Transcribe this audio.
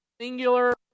Singular